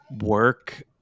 work